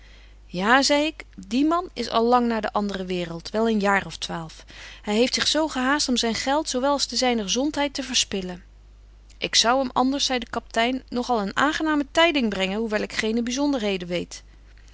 ja zei ik die man is al lang naar de andere waereld wel een jaar of twaalf hy heeft zich zo gehaast om zyn geld zo wel als zyne gezontheid te verspillen ik zou hem anders zei de kaptein nog al een aangename tyding brengen hoewel ik geene byzonderheden weet